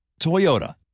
Toyota